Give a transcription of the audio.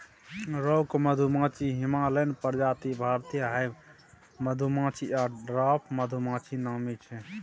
rock मधुमाछी, Himalayan प्रजाति, भारतीय हाइब मधुमाछी आ डवार्फ मधुमाछी नामी छै